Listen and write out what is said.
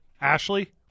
Ashley